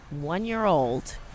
one-year-old